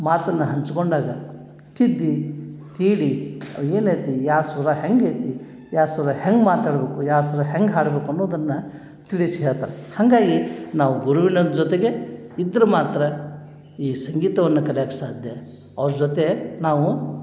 ಮಾತನ್ನು ಹಂಚ್ಕೊಂಡಾಗ ತಿದ್ದಿ ತೀಡಿ ಅವ ಏನೈತಿ ಯಾವ ಸ್ವರ ಹೇಗೈತಿ ಯಾ ಸ್ವರ ಹೇಗೆ ಮಾತಾಡಬೇಕು ಯಾವ ಸ್ವರ ಹೆಂಗೆ ಹಾಡಬೇಕು ಅನ್ನೋದನ್ನು ತಿಳಿಸಿ ಹೇಳ್ತಾರೆ ಹಾಗಾಗಿ ನಾವು ಗುರುವಿನ ಜೊತೆಗೆ ಇದ್ರೆ ಮಾತ್ರ ಈ ಸಂಗೀತವನ್ನು ಕಲ್ಯಾಕೆ ಸಾಧ್ಯ ಅವ್ರ ಜೊತೆ ನಾವು